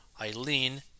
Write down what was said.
Eileen